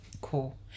Cool